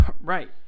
Right